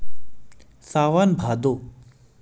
सावन भादो